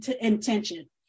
intention